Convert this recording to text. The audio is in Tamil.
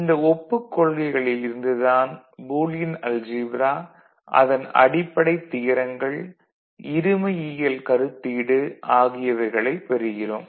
இந்த ஒப்புக் கொள்கைகளில் இருந்து தான் பூலியன் அல்ஜீப்ரா அதன் அடிப்படைத் தியரங்கள் இருமையியல் கருத்தீடு ஆகியவைகளைப் பெறுகிறோம்